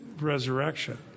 resurrection